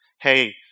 Hey